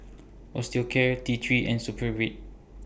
Osteocare T three and Supravit